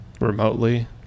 remotely